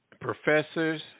professors